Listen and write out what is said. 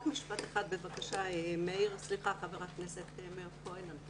רק משפט אחד, בבקשה, חבר הכנסת מאיר כהן.